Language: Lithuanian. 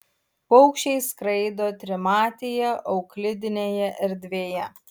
paukščiai skraido trimatėje euklidinėje erdvėje